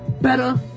Better